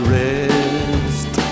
rest